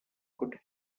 good